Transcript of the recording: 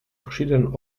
verschiedenen